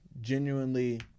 genuinely